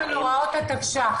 --- הוראות התקש"ח.